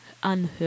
anhören